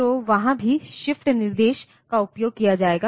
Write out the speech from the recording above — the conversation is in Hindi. तो वहाँ भी शिफ्ट निर्देश का उपयोग किया जाएगा